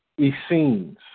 Essenes